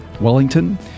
Wellington